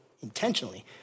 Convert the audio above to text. intentionally